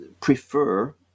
prefer